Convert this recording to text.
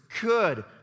good